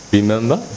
Remember